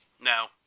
No